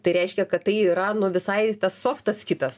tai reiškia kad tai yra nu visai tas softas kitas